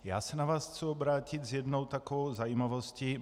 Chci se na vás obrátit s jednou takovou zajímavostí.